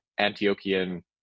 Antiochian